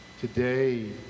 today